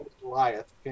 Goliath